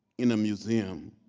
in a museum,